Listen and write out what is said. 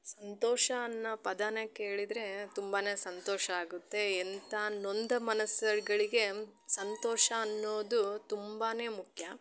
ಸಂತೋಷ ಅನ್ನೋ ಪದಾನ ಕೇಳಿದರೆ ತುಂಬಾ ಸಂತೋಷ ಆಗುತ್ತೆ ಎಂಥ ನೊಂದ ಮನಸ್ಸುಗಳಿಗೆ ಸಂತೋಷ ಅನ್ನೋದು ತುಂಬಾ ಮುಖ್ಯ